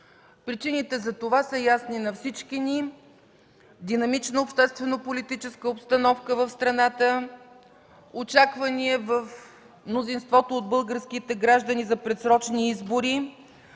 Причините за това са ясни на всички ни – динамична обществено-политическа обстановка в страната, очаквания в мнозинството от българските граждани за предсрочни избори,